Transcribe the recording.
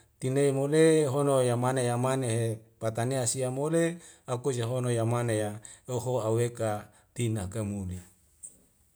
Tinei mo le hono ya mane ya mane he patanea sia mule hakuse ahono yamane ya loho aweka tina kaimuni